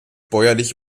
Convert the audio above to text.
bäuerliche